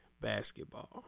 basketball